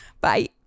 Bye